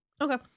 okay